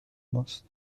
ماست